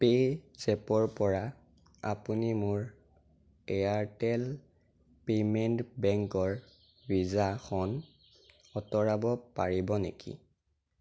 পে'জেপৰ পৰা আপুনি মোৰ এয়াৰটেল পে'মেণ্ট বেংকৰ ভিজাখন অঁতৰাব পাৰিব নেকি